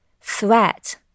threat